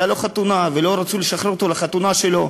כי הייתה לו חתונה ולא רצו לשחרר אותו לחתונה שלו,